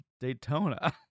Daytona